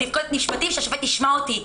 שהשופט ישמע אותי?